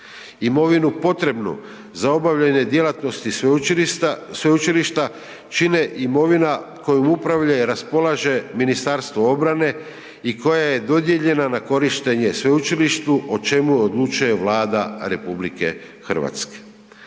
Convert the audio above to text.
Imovinu potrebnu za obavljanje djelatnosti sveučilišta čine imovina kojom upravlja i raspolaže Ministarstvo obrane i koja je dodijeljena na korištenje sveučilištu o čemu odlučuje Vlada RH.